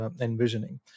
envisioning